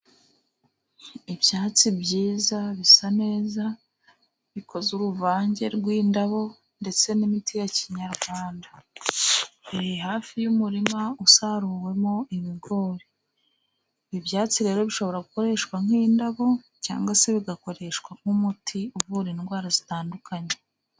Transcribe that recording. Ibyatsi byiza bisa neza, bikoze uruvange rw'indabo ndetse n'imiti ya kinyarwanda, biri hafi y'umurima usaruwemo ibigori. Ibyatsi rero bishobora gukoreshwa nk'indabo, cyangwa se bigakoreshwa nk'umuti uvura indwara zitandukanye.